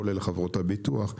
כולל לחברות הביטוח,